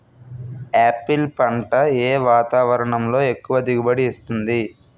Apple పంట ఏ వాతావరణంలో ఎక్కువ దిగుబడి ఇస్తుంది?